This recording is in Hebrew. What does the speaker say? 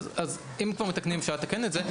אז אם כבר מתקנים אז אפשר לתקן את זה.